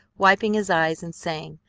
wiping his eyes, and saying,